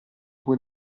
quel